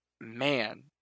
man